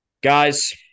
guys